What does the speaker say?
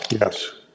yes